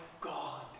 God